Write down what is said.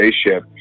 spaceship